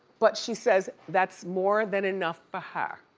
but she says that's more than enough for her.